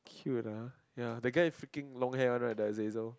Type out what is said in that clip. cute uh ya that guy freaking long hair one right the Azazel